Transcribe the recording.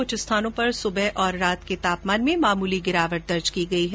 कुछ स्थानों पर सुबह और रात के तापमान में मामूली गिरावट दर्ज की गई है